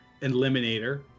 eliminator